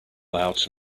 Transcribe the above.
out